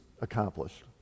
accomplished